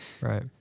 right